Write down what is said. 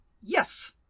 Yes